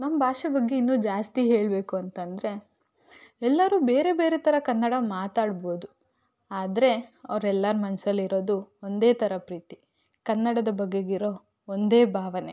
ನಮ್ಮ ಭಾಷೆ ಬಗ್ಗೆ ಇನ್ನೂ ಜಾಸ್ತಿ ಹೇಳಬೇಕು ಅಂತಂದರೆ ಎಲ್ಲರು ಬೇರೆ ಬೇರೆ ಥರ ಕನ್ನಡ ಮಾತಾಡ್ಬೋದು ಆದರೆ ಅವರೆಲ್ಲರ ಮನಸ್ಸಲ್ಲಿರೋದು ಒಂದೇ ಥರ ಪ್ರೀತಿ ಕನ್ನಡದ ಬಗೆಗಿರೊ ಒಂದೇ ಭಾವನೆ